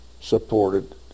supported